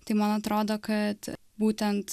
tai man atrodo kad būtent